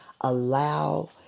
allow